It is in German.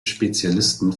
spezialisten